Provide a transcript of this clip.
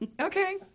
okay